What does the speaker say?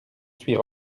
suis